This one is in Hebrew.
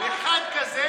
אחד כזה,